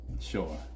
Sure